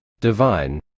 divine